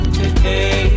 today